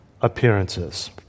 appearances